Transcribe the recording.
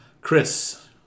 Chris